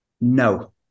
No